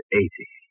eighty